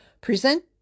Present